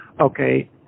okay